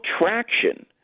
traction